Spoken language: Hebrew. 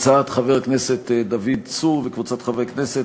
הצעת חבר הכנסת דוד צור וקבוצת חברי כנסת,